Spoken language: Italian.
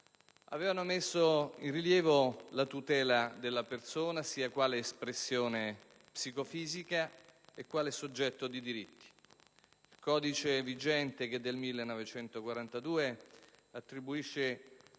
avevano messo in rilievo la tutela della persona, sia quale espressione psicofisica che quale soggetto di diritti. Il codice vigente - che risale